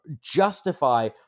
justify